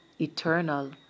eternal